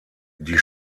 die